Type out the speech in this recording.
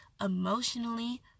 emotionally